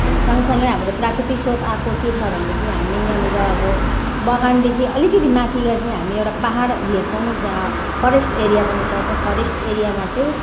सँगसँगै हाम्रो प्राकृतिक स्रोत अर्को के छ भनेदेखि हामी यहाँनिर अब बगानदेखि अलिकति माथि गएपछि हामी एउटा पाहाड हेर्छौँ जहाँ फरेस्ट एरिया पनि छ त्यहाँ फरेस्ट एरियामा चाहिँ